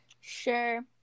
Sure